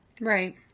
Right